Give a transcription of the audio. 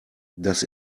das